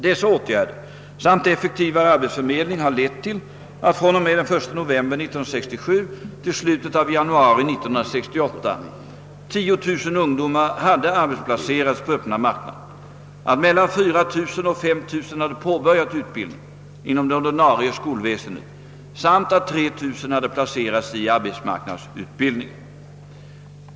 Dessa åtgärder samt effektivare arbetsförmedling har lett till att från och med den 1 november 1967 till slutet av januari 1968 10 000 ungdomar hade arbetsplacerats på öppna marknaden, att mellan 4000 och 5 000 hade påbörjat utbildning inom det ordinarie skolväsendet samt att 3 000 hade placerats i arbetsmarknadsutbildningen.